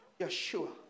Yeshua